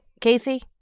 Casey